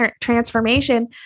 transformation